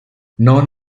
non